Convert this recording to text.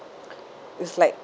it's like